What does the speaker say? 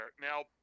Now